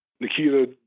Nikita